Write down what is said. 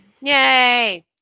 Yay